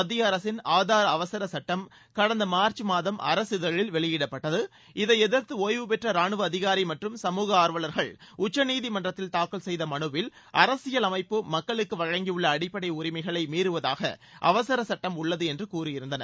மத்திய அரசின் ஆதார் அவசர சட்டம் கடந்த மார்ச் மாதம் அரசிதழில் வெளியிடப்பட்டது இதை எதிர்த்து ஓய்வு பெற்ற ரானுவ அதிகாரி மற்றும் சமூக ஆர்வலர்கள் உச்சநீதிமன்றத்தில்தாக்கல் செய்த மனுவில் அரசியலமைப்பு மக்களுக்கு வழங்கியுள்ள அடிப்படை உரிமைகளை மீறுவதாக அவசரச் சட்டம் உள்ளது என்று கூறியிருந்தனர்